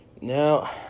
Now